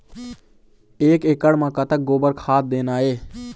एक एकड़ म कतक गोबर खाद देना ये?